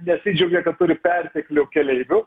nesidžiaugia kad turi perteklių keleivių